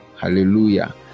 hallelujah